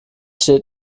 steht